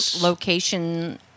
location